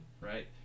right